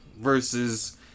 versus